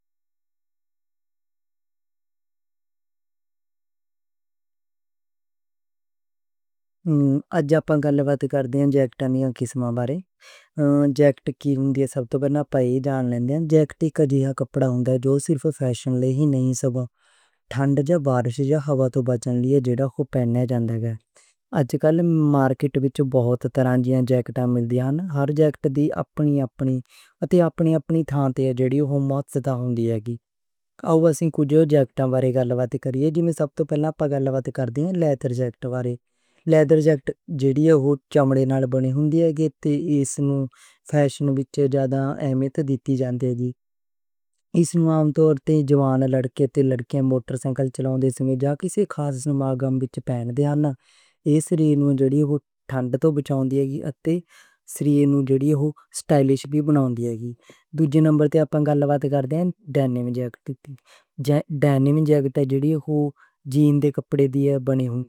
آج آپ نال گَل بات کرتے ہاں جیکٹاں دیاں کِسماں بارے، جیکٹ کی ہوندی ہے، سب توں پہلے پہچان دے ہاں۔ جیکٹ اک کپڑا ہوندے نیں جو صرف فیشن لئی ہی نہیں، ٹھنڈ جاں بارش جاں ہوا توں بچن لئی وی ہوندے نیں۔ اجکل مارکیٹ وچ بہت طرحاں دیاں جیکٹاں مل دیاں نیں، ہر جیکٹ دی اپنی اپنی تھاں تے ہوندی اے جدوں اوہ موزوں ہوندی اے۔ او اسی کچھ جیکٹاں بارے گَل بات کریں، جدے سب توں پہلا آپا گَل بات کرتے ہاں لیدر جیکٹ بارے؛ لیدر جیکٹ چمڑے نال بنی ہوندی اے، تے ایس نوں فیشن وچ سپیشلی اہمیت دی جاندی اے۔ وِشیش طور تے جوان لڑکے تے لڑکیاں موٹر سائیکل چلا دینے جاں کسی خاص سماغم وچ پہن دینے سن، ایہہ جسم نوں سٹائلش بنا دیندی سی تے نالے ٹھنڈ توں بچاؤندی اے۔ ایزی نمبر دی گَل کردئیے لیدر جیکٹ دی۔